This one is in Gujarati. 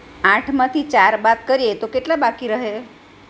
આઠમાંથી ચાર બાદ કરીએ તો કેટલા બાકી રહે